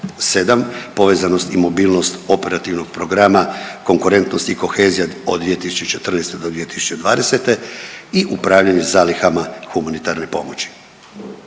povezanost i mobilnost Operativnog programa Konkurentnost i kohezija od 2014.2020. i upravljanje zalihama humanitarne pomoći.